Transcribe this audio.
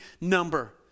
number